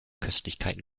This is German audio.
köstlichkeiten